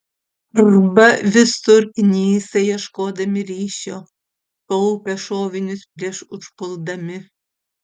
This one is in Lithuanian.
arba visur knisa ieškodami ryšio kaupia šovinius prieš užpuldami